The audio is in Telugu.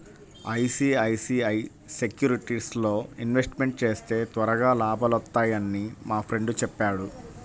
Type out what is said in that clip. ఐసీఐసీఐ సెక్యూరిటీస్లో ఇన్వెస్ట్మెంట్ చేస్తే త్వరగా లాభాలొత్తన్నయ్యని మా ఫ్రెండు చెప్పాడు